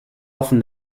often